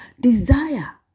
Desire